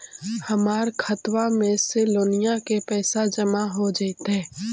हमर खातबा में से लोनिया के पैसा जामा हो जैतय?